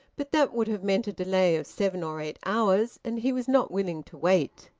but that would have meant a delay of seven or eight hours, and he was not willing to wait.